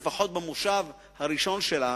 לפחות במושב הראשון שלה,